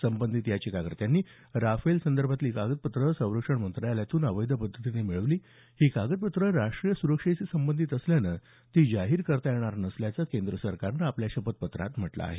संबंधित याचिकाकर्त्यांनी राफेल संदर्भातली कागदपत्रं संरक्षण मंत्रालयातून अवैध पद्धतीनं मिळवली ही कागदपत्रं राष्टीय सुरक्षेशी संबंधित असल्यानं ती जाहीर करता येणार नसल्याचं केंद्र सरकारनं आपल्या शपथपत्रात म्हटलं आहे